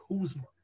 Kuzma